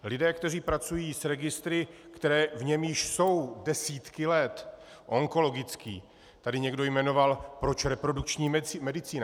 Lidé, kteří pracují s registry, které jsou už desítky let, onkologický, tady někdo jmenoval, proč reprodukční medicína.